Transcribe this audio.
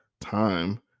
Time